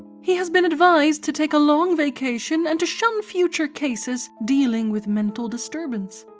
he has been advised to take a long vacation and to shun future cases dealing with mental disturbance.